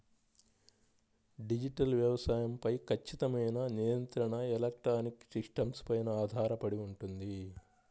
digital వ్యవసాయం పై ఖచ్చితమైన నియంత్రణ ఎలక్ట్రానిక్ సిస్టమ్స్ పైన ఆధారపడి ఉంటుంది